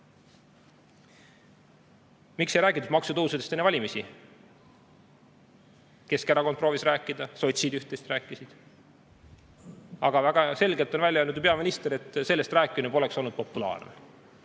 Miks ei räägitud maksutõusudest enne valimisi? Keskerakond proovis rääkida, sotsid üht-teist rääkisid. Aga väga selgelt on välja öelnud peaminister, et sellest rääkimine poleks olnud populaarne.